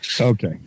Okay